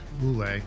Mule